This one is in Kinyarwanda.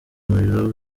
umuriro